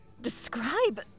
describe